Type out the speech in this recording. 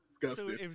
disgusting